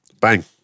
Bang